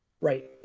Right